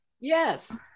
Yes